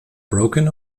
broken